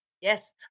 yes